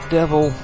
devil